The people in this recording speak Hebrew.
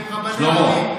והם רבנים.